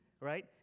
right